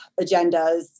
agendas